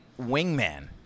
wingman